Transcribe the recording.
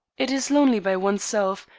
it is lonely by oneself,